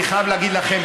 אני חייב להגיד לכם,